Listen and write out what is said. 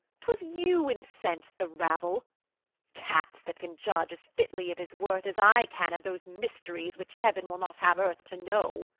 twas you incens'd the rabble cats, that can judge as fitly of his worth as i can of those mysteries which heaven will not have earth to know.